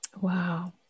Wow